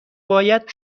باید